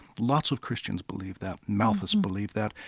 lots of christians believe that. malthus believed that.